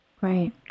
Right